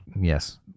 Yes